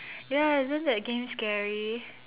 ya isn't that game scary